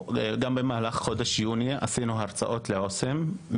--- במהלך חודש יוני אנחנו עשינו הרצאות לעו״סים,